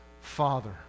Father